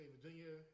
Virginia